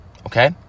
okay